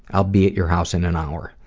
i'll be at your house in an hour.